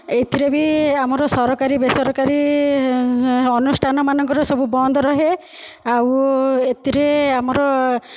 ଏଥିରେ ବି ଆମର ସରକାରି ବେସରକାରୀ ଅନୁଷ୍ଠାନମାନଙ୍କର ସବୁ ବନ୍ଦ ରୁହେ ଆଉ ଏଥିରେ ଆମର